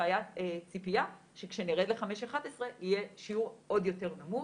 הייתה ציפייה שכשנרד ל-5 עד 11 יהיה שיעור עוד יותר נמוך,